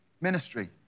ministry